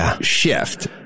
shift